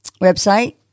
website